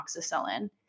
amoxicillin